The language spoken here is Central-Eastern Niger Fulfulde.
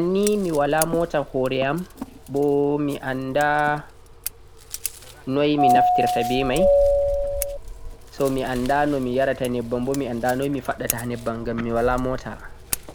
Arannii mi wala mota hore'am bo mi anda noi mi naftirta be mai so mi anda no miyarata nebbam bo mi anda noi mi faɗɗata ha nebbam ngam mi wala mota